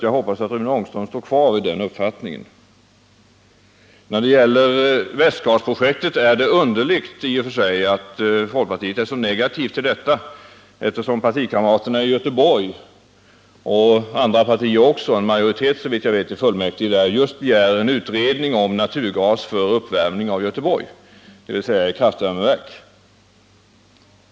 Jag hoppas att Rune Ångström står kvar vid den uppfattningen. Det är i och för sig underligt att folkpartiet är så negativt till Västgasprojektet, eftersom partikamraterna i Göteborg och representanter för andra partier också — en majoritet i fullmäktige där såvitt jag vet — begär en utredning om naturgas för uppvärmning av Göteborg, dvs. kraftvärmeverk.